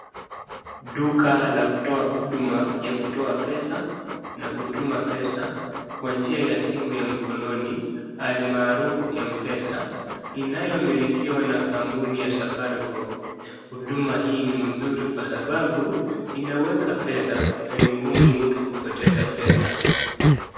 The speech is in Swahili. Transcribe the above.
Duka ya kutoa huduma ya kutoa pesa na kutuma pesa kwa njia ya simu ya mkononi almaarufu mpesa, inayomilikiwa na kampuni ya safaricom. Huduma hii ni mzuri kwa sababu inaweka pesa na ni ngumu mtu kupoteza pesa.